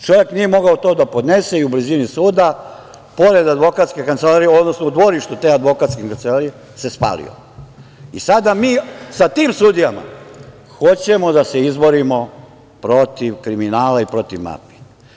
Čovek to nije mogao da podnese i u blizini suda, pored advokatske kancelarije, odnosno u dvorištu te advokatske kancelarije se spalio i sada mi sa tim sudijama hoćemo da se izborimo protiv kriminala i protiv mafije?